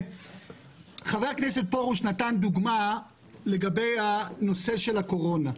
חבר הכנסת פרוש נתן דוגמה בנושא הקורונה.